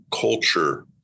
culture